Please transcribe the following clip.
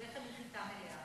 לחם מחיטה מלאה.